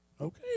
Okay